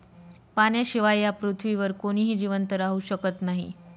पाण्याशिवाय या पृथ्वीवर कोणीही जिवंत राहू शकत नाही